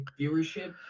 viewership